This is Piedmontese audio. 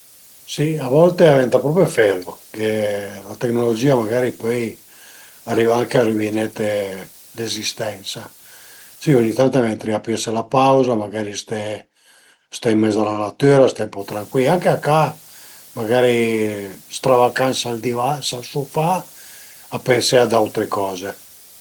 Si a volte venta propi felu perché la tecnologìa magari pöi ariva anche a rüvinete l'ezistensa, si ogni tant ventarìa pìese la pauza, magari sta ste ën mes a la natüra, ste ën po trancuil, anche a ca magari stravacà sël divan, sël sufà a pensé a d'autre coze